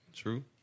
true